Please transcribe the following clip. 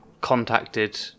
contacted